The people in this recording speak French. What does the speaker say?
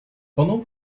pendant